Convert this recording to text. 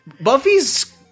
Buffy's